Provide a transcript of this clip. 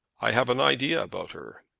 i have an idea about her.